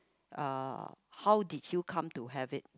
uh how did you come to have it